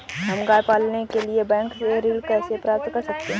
हम गाय पालने के लिए बैंक से ऋण कैसे प्राप्त कर सकते हैं?